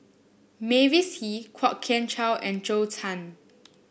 Mavis Hee Kwok Kian Chow and Zhou Can